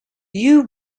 you